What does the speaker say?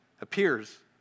appears